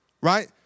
right